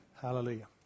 Hallelujah